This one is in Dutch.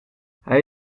hij